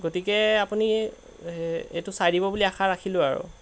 গতিকে আপুনি হে এইটো চাই দিব বুলি আশা ৰাখিলোঁ আৰু